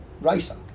Racer